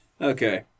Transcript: Okay